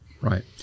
Right